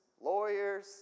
lawyers